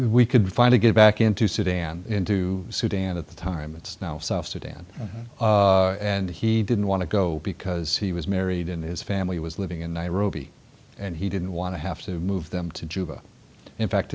could finally get back into sudan into sudan at the time it's now south sudan and he didn't want to go because he was married and his family was living in nairobi and he didn't want to have to move them to juba in fact